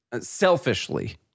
selfishly